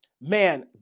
man